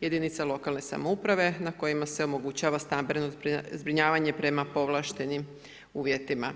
jedinica lokalne samouprave na kojima se omogućava stambeno zbrinjavanje prema povlaštenim uvjetima.